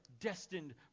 destined